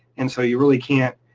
and so you really can't